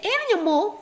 animal